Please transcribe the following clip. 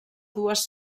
dues